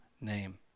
name